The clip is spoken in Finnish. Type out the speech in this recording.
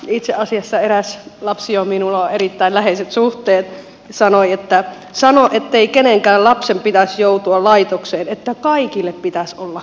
itse asiassa eräs lapsi johon minulla on erittäin läheiset suhteet sanoi että sano ettei kenenkään lapsen pitäisi joutua laitokseen että kaikille pitäisi olla koti